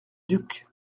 duc